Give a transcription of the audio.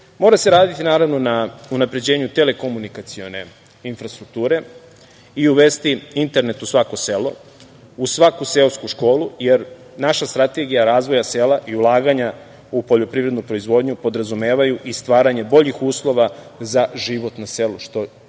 Mora se raditi, naravno na unapređenju telekomunikacione infrastrukture i uvesti internet u svako selo, u svaku seosku školu, jer naša Strategija razvoja sela i ulaganja u poljoprivrednu proizvodnju podrazumevaju i stvaranje boljih uslova za život na selu, što